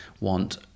want